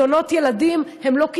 כנסת נכבדה, דרך אגב, אני לא מדברת